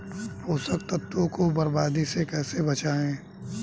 पोषक तत्वों को बर्बादी से कैसे बचाएं?